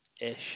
ish